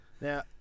now